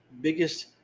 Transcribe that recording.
biggest